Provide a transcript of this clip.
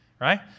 right